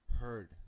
heard